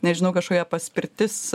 nežinau kažkokia paspirtis